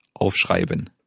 aufschreiben